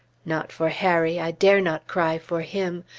not for harry i dare not cry for him.